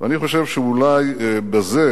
ואני חושב שאולי בזה